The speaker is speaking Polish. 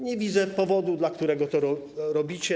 Nie widzę powodu, dla którego to robicie.